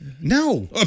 No